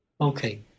Okay